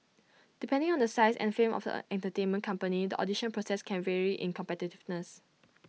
depending on the size and fame of the entertainment company the audition process can vary in competitiveness